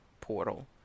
portal